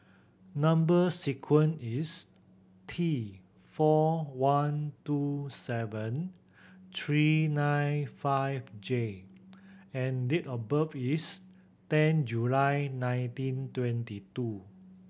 number sequence is T four one two seven three nine five J and date of birth is ten July nineteen twenty two